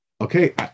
okay